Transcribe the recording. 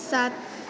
सात